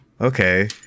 okay